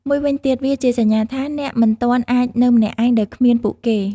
មួយវិញទៀត វាជាសញ្ញាថា អ្នកមិនទាន់អាចនៅម្នាក់ឯង ដោយគ្មានពួកគេ។